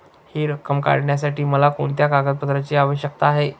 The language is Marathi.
हि रक्कम काढण्यासाठी मला कोणत्या कागदपत्रांची आवश्यकता आहे?